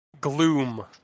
gloom